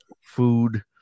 Food